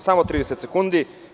Samo 30 sekundi.